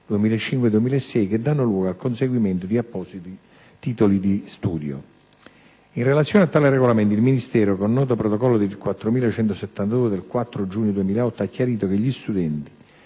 2005-2006, che danno luogo al conseguimento di appositi titoli di studio. In relazione a tale regolamento, il Ministero, con nota protocollo n. 4172 del 4 giugno 2008 ha chiarito che «gli studenti